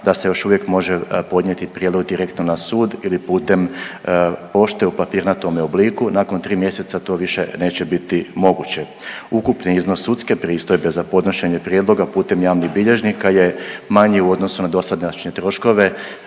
da se još uvijek može podnijeti prijedlog direktno na sud ili putem pošte u papirnatome obliku, nakon 3 mjeseca to više neće biti moguće. Ukupni iznos sudske pristojbe za podnošenje prijedloga putem javnih bilježnika je manji u odnosu na dosadašnje troškove,